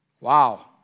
Wow